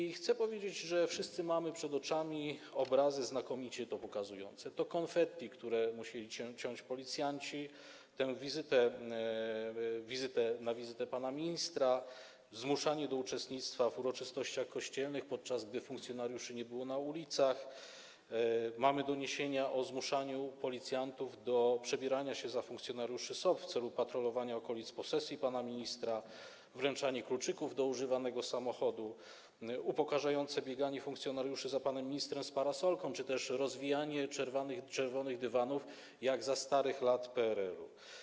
I chcę powiedzieć, że wszyscy mamy przed oczami obrazy znakomicie to pokazujące, to confetti, które musieli ciąć policjanci na wizytę pana ministra, zmuszanie do uczestnictwa w uroczystościach kościelnych, podczas gdy funkcjonariuszy nie było na ulicach, mamy doniesienia o zmuszaniu policjantów do przebierania się za funkcjonariuszy SOP w celu patrolowania okolic posesji pana ministra, wręczanie kluczyków do używanego samochodu, upokarzające bieganie funkcjonariuszy za panem ministrem z parasolką, czy też rozwijanie czerwonych dywanów jak za starych lat PRL-u.